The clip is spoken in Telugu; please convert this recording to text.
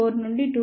4 నుండి 2